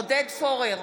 עודד פורר,